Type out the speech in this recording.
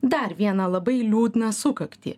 dar vieną labai liūdną sukaktį